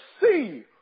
see